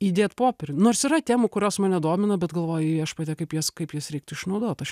įdėt popieriu nors yra temų kurios mane domina bet galvoji viešpatie kaip jas kaip jas reiktų išnaudot aš